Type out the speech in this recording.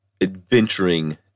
adventuring